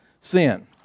sin